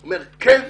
אז הוא אומר: כן,